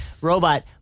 robot